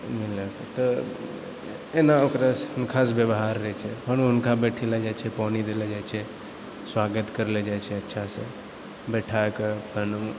मिललक तऽ एना ओकरासँ खास बेवहार रहै छै हुनका बैठैलऽ जाइ छै पानी देलऽ जाइ छै स्वागत करलऽ जाइ छै अच्छासँ बैठाकऽ फेर